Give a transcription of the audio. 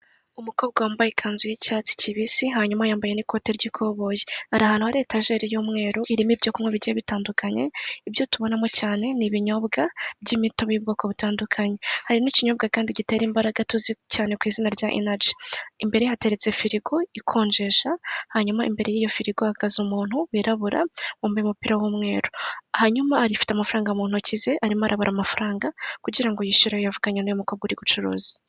Umukobwa wambaye ikanzu y'icyatsi kibisi hanyuma yambaye n'ikoti ry'ikoboyi, ari ahantu hari etajeri y'umweru irimo ibyo kunywa bigiye bitandukanye, ibyo tubonamo cyane n'ibinyobwa by'imitobe y'ubwoko butandukanye. Hari n'ikinyobwa kandi gitera imbaraga tuzi cyane kw'izina rya inaji. Imbere ye hateretse firigo ikonjesha hanyuma imbere yiyo firigo hakaza umuntu wirabura wambaye umupira w'umweru, hanyuma afite amafaranga muntoki ze arimo arabara amafaranga, kugira ngo yishyure ayo yavuganye nuyu mukobwa.